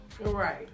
Right